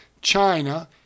China